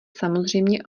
samozřejmě